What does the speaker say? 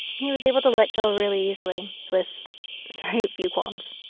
he was able to let go really easily with very few qualms